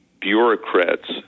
bureaucrats